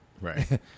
Right